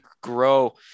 grow